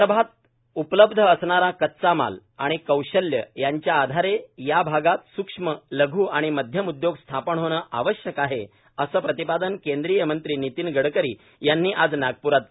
विदर्भात उपलब्ध असणारा कच्चामाल आणि कौशल्य यांच्या आधारे या भागात स्क्ष्म लघ् आणि मध्यम उदयोग स्थापन होणे आवश्यक असल्याचं प्रतिपादन केंद्रीय मंत्री नितिन गडकरी यांनी आज नागप्रात केले